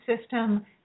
system